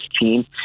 team